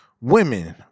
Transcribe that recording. Women